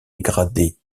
dégradées